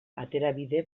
aterabide